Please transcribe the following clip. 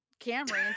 Camry